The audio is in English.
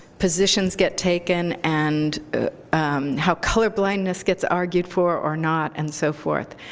positions get taken, and how color blindness gets argued for or not, and so forth.